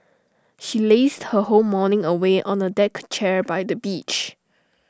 she lazed her whole morning away on A deck chair by the beach